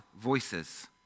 voices